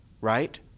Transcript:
right